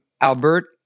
Albert